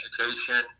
education